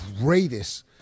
greatest